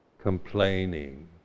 complaining